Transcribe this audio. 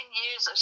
years